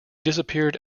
disappeared